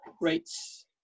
rates